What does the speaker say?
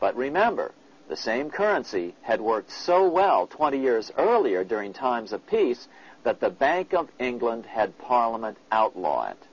but remember the same currency had worked so well twenty years earlier during times of peace that the bank of england had parliament outlaw